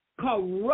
corrupt